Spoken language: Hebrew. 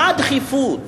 מה הדחיפות?